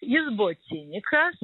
jis buvo cinikas